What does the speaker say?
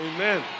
Amen